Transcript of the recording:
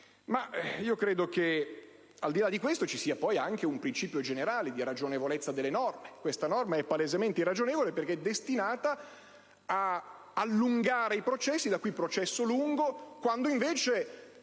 Ma credo che, al di là di ciò, vi sia poi anche un principio generale di ragionevolezza delle norme. Questa norma è palesemente irragionevole perché è destinata ad allungare i processi, da qui la denominazione «processo lungo», quando invece